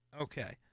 Okay